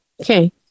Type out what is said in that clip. Okay